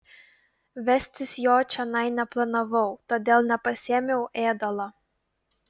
vestis jo čionai neplanavau todėl nepasiėmiau ėdalo